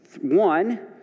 one